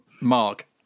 Mark